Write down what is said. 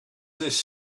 this